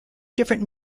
different